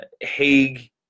Haig